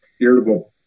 irritable